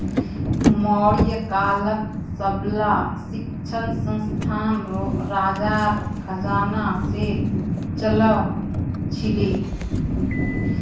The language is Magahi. मौर्य कालत सबला शिक्षणसंस्थान राजार खजाना से चलअ छीले